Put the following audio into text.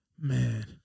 Man